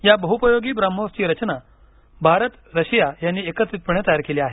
या बहुपयोगी ब्राह्मोसची रचना भारत रशिया यांनी एकत्रितपणे केली तयार केली आहे